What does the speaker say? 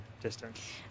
distance